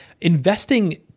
Investing